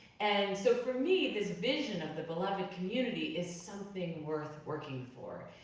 and so for me, this vision of the beloved community is something worth working for.